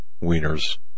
Wiener's